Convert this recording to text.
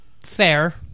Fair